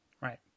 Right